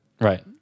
Right